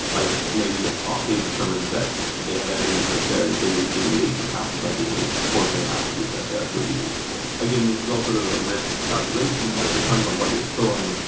like maybe if ah authy determine that they had evidence that their data was being leaked, or passwords might being leaked, forcing a password reset there could be reasonable. again, this is all sort of a risk calculation, so it depends on what you're storing,